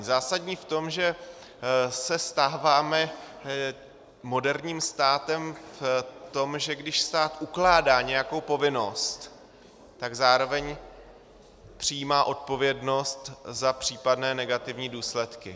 Zásadní v tom, že se stáváme moderním státem v tom, že když stát ukládá nějakou povinnost, tak zároveň přijímá odpovědnost za případné negativní důsledky.